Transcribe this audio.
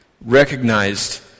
recognized